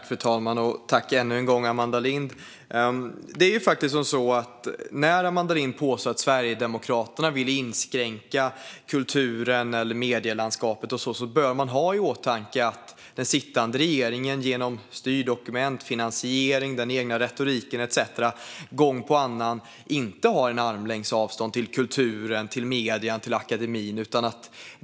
Fru talman! När Amanda Lind påstår att Sverigedemokraterna vill inskränka kulturen, medielandskapet och så vidare bör man ha i åtanke att den sittande regeringen genom styrdokument, finansiering, den egna retoriken etcetera gång efter annan inte har armlängds avstånd till kulturen, till medierna och till akademin.